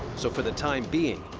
so, for the time being,